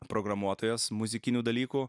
programuotojas muzikinių dalykų